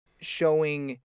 showing